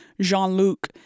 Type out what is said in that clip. Jean-Luc